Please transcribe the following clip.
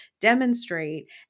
demonstrate